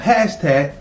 Hashtag